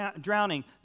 drowning